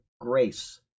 grace